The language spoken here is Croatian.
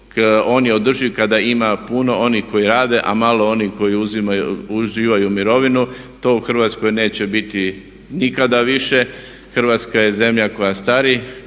on je održiv kada ima puno onih koji rade, a malo onih koji uživaju mirovinu. To u Hrvatskoj neće biti nikada više. Hrvatska je zemlja koja stari,